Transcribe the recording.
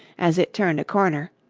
as it turned a corner,